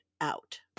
out